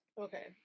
Okay